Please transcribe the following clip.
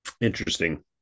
Interesting